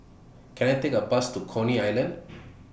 Can I Take A Bus to Coney Island